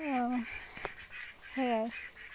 সেয়াই